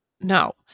No